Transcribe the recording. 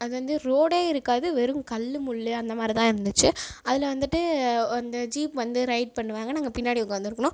அது வந்து ரோடே இருக்காது வெறும் கல்லு முள்ளு அந்த மாதிரி தான் இருந்துச்சு அதில் வந்துட்டு அந்த ஜீப் வந்து ரைட் பண்ணுவாங்க நாங்கள் பின்னாடி உட்காந்துருக்கணும்